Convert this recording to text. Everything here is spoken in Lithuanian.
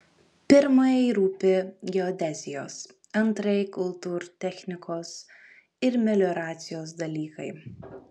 pirmajai rūpi geodezijos antrajai kultūrtechnikos ir melioracijos dalykai